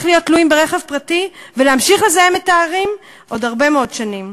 להיות תלויים ברכב פרטי ולהמשיך לזהם את הערים עוד הרבה מאוד שנים.